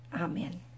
Amen